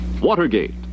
Watergate